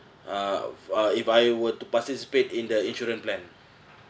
uh uh if I were to participate in the insurance plan